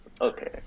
Okay